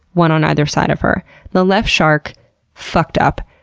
one on either side of her the left shark fucked up,